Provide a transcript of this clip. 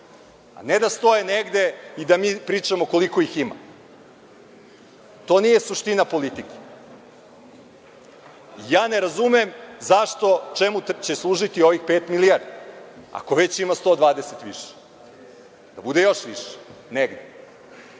a ne da stoje negde i da mi pričamo koliko ih ima. To nije suština politike. Ne razumem zašto i čemu će služiti ovih pet milijardi, ako već ima 120 više? Da bude još više? Gde